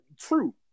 true